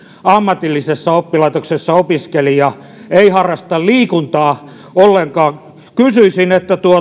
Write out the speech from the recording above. ammatillisessa oppilaitoksessa opiskeleva ei harrasta liikuntaa ollenkaan kysyisin